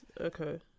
Okay